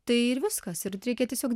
tai ir viskas ir reikia tiesiog